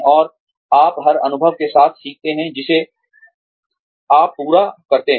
और आप हर अनुभव के साथ सीखते हैं जिसे आप पूरा करते हैं